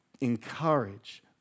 Encourage